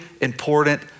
important